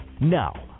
Now